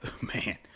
man